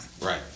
Right